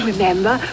Remember